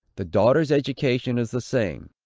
the daughter's education is the same.